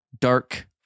dark